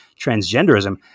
transgenderism